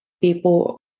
People